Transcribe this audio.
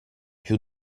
più